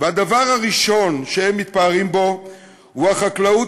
הדבר הראשון שהם מתפארים בו הוא החקלאות